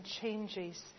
changes